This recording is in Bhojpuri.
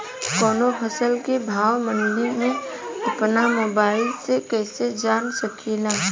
कवनो फसल के भाव मंडी के अपना मोबाइल से कइसे जान सकीला?